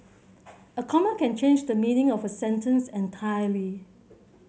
a comma can change the meaning of a sentence entirely